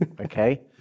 Okay